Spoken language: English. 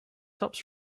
tops